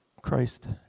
Christ